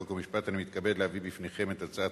חוק ומשפט אני מתכבד להביא בפניכם את הצעת